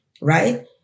right